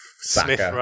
Smith